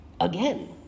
again